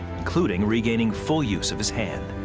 including regaining full use of his hand.